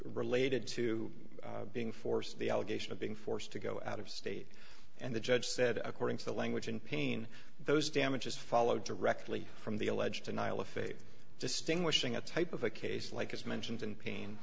related to being forced the allegation of being forced to go out of state and the judge said according to the language in pain those damages followed directly from the alleged denial of faith distinguishing a type of a case like is mentioned and pain